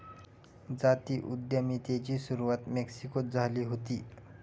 जाती उद्यमितेची सुरवात मेक्सिकोत झाली हुती